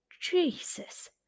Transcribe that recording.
Jesus